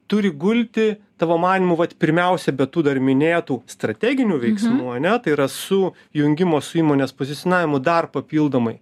turi gulti tavo manymu vat pirmiausia be tų dar minėtų strateginių veiksmų ane tai yra su jungimo su įmonės pozicionavimu dar papildomai